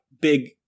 big